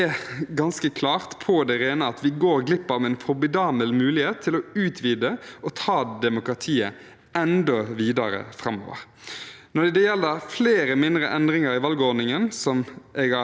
når det gjelder flere mindre endringer i valgordningen, som jeg har nevnt et utvalg av, men ikke minst når det gjelder det at vi ikke griper muligheten til å gi 16-åringer stemmerett ved kommunestyre-